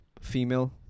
female